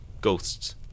ghosts